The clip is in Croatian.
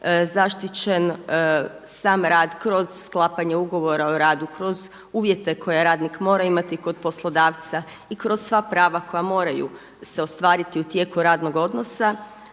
zaštićen sam rad kroz sklapanje Ugovora o radu, kroz uvjete koje radnik mora imati kod poslodavca i kroz sva prava koja moraju se ostvariti u tijeku radnog odnosa.